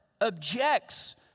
objects